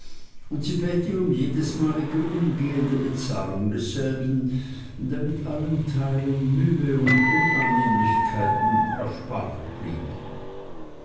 und sie bäte um jedesmalige umgehende bezahlung desselben damit allen teilen mühe und unannehmlichkeiten erspart blieben